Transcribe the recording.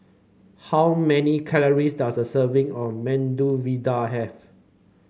how many calories does a serving of Medu Vada have